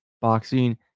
boxing